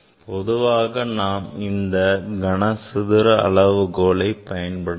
பொதுவாக நாம் இந்த கனசதுர அளவுகோலை பயன்படுத்தலாம்